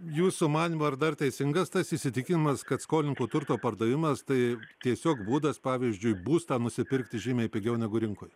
jūsų manymu ar dar teisingas tas įsitikinimas kad skolininkų turto pardavimas tai tiesiog būdas pavyzdžiui būstą nusipirkti žymiai pigiau negu rinkoj